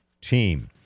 team